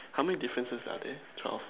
how many differences are there twelve